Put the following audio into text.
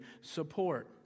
support